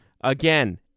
Again